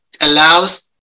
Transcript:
allows